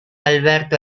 alberto